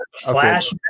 flash